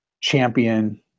champion